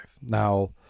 Now